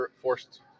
forced